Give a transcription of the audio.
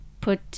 put